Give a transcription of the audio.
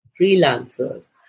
freelancers